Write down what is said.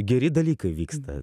geri dalykai vyksta